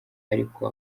ariko